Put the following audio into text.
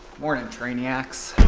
mornin' trainiacs.